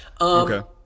Okay